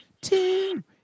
Two